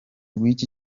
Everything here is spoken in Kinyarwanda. w’icyo